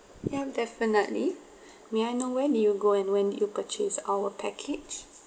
yeah definitely may I know where did you go and when did you purchase our package